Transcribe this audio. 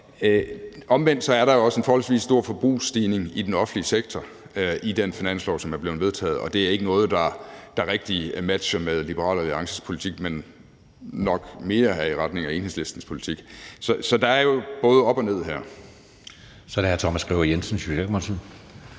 Omvendt er der jo også en forholdsvis stor forbrugsstigning i den offentlige sektor i det finanslovsforslag, som bliver vedtaget, og det er ikke noget, der rigtig matcher Liberal Alliances politik, men nok mere er i retning af Enhedslistens politik. Så der er jo både op og ned her. Kl. 11:36 Anden næstformand